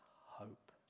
hope